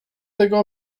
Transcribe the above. tego